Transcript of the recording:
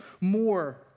more